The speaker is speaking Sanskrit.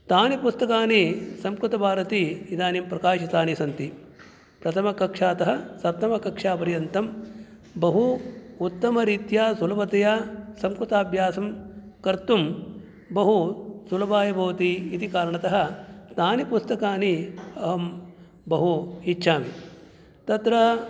तानि पुस्तकानि संस्कृतभारती इदानीं प्रकाशितानि सन्ति प्रथमकक्षातः सप्तमकक्षापर्यन्तं बहु उत्तमरीत्या सुलभतया संस्कृताभ्यासं कर्तुं बहुसुलभाय भवति इति कारणतः तानि पुस्तकानि अहं बहु इच्छामि तत्र